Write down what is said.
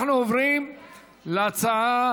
הצעת